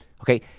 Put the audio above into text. Okay